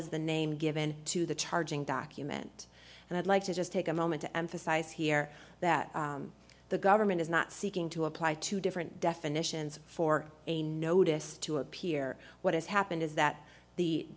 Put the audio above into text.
as the name given to the charging document and i'd like to just take a moment to emphasize here that the government is not seeking to apply to different definitions for a notice to appear what has happened is th